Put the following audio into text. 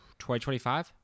2025